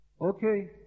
Okay